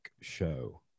show